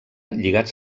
lligats